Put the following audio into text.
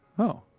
oh.